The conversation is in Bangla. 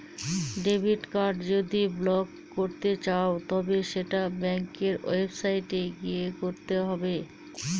ডেবিট কার্ড যদি ব্লক করতে চাও তবে সেটা ব্যাঙ্কের ওয়েবসাইটে গিয়ে করতে হবে